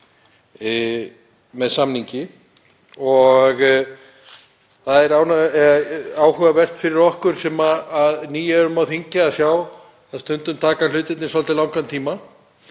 með samningi og það er áhugavert fyrir okkur sem ný erum á þingi að sjá að stundum tekur það svolítið langan tíma